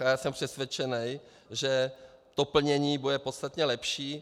A já jsem přesvědčený, že to plnění bude podstatně lepší.